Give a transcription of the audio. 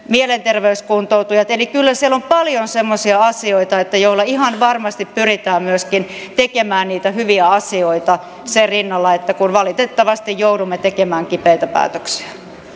mielenterveyskuntoutujat eli kyllä siellä on paljon semmoisia asioita joilla ihan varmasti pyritään tekemään myöskin niitä hyviä asioita sen rinnalla että valitettavasti joudumme tekemään kipeitä päätöksiä